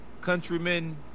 countrymen